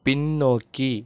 பின்னோக்கி